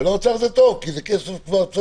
ולאוצר זה טוב כי זה כבר כסף צבוע.